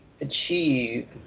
achieve